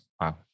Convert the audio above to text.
Wow